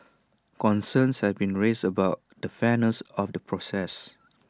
concerns have been raised about the fairness of the process